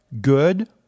good